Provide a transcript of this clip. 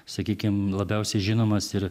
sakykim labiausiai žinomas ir